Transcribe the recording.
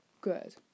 good